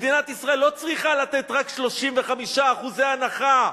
מדינת ישראל לא צריכה לתת רק 35% הנחה,